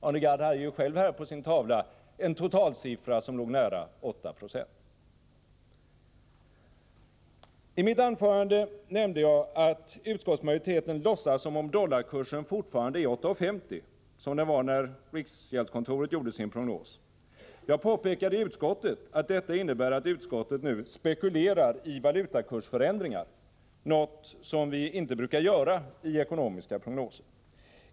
Arne Gadd visade ju själv på tablån en totalsiffra som låg nära 8 96. I mitt tidigare anförande nämnde jag att utskottsmajoriteten låtsas som om dollarkursen fortfarande är 8:50, som den var när riksgäldskontoret gjorde sin prognos. Jag påpekade i utskottet att detta innebär att utskottet nu spekulerar i valutakursförändringar, något som vi inte brukar göra i ekonomiska prognoser.